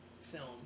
film